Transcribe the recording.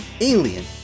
Alien